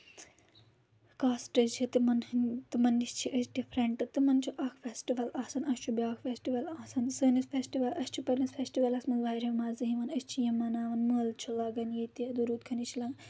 castes چھِ تِمَن ہٕنٛدۍ تِمَن نِش چھِ أسۍ ڈِفرَنٛٹہٕ تِمَن چھُ اکھ فیسٹِول آسان اَسہِ چھُ بیٛاکھ فیسٹِوَل آسان سٲنِس فیسٹِوَل اَسہِ چھُ پنٛنِس فیسٹِوَلَس منٛز واریاہ مَزٕ یِوان أسۍ چھِ یِم مَناوَن مٲلہٕ چھُ لَگَان ییٚتہِ دروٗد کھٔنِش چھِ لاگان